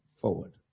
forward